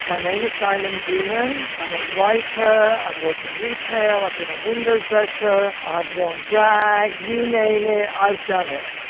my name is simon doonan. i'm a writer, i've worked in retail, i've been a window dresser, i've worn drag. you name it, i've done it.